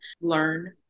learn